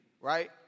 right